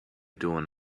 doing